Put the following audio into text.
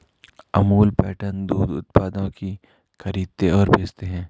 Amul pattern दूध उत्पादों की खरीदते और बेचते है